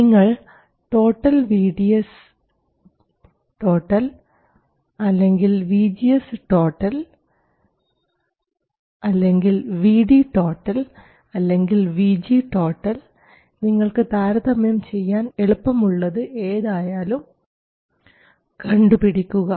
നിങ്ങൾ total VDS അല്ലെങ്കിൽ VGS അല്ലെങ്കിൽ VD അല്ലെങ്കിൽ VG നിങ്ങൾക്ക് താരതമ്യം ചെയ്യാൻ എളുപ്പമുള്ളത് ഏതായാലും കണ്ടുപിടിക്കുക